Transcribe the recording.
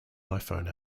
iphone